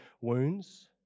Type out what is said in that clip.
wounds